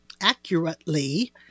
accurately